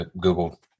Google